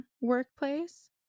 workplace